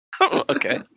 Okay